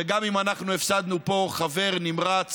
וגם אם אנחנו הפסדנו פה חבר נמרץ